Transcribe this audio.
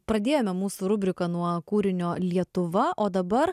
pradėjome mūsų rubriką nuo kūrinio lietuva o dabar